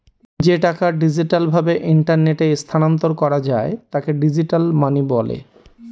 যে টাকা ডিজিটাল ভাবে ইন্টারনেটে স্থানান্তর করা যায় তাকে ডিজিটাল মানি বলে